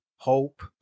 hope